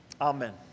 Amen